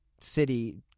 city